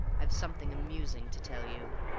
i've something amusing to tell you.